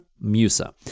Musa